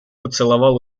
поцеловал